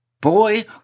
Boy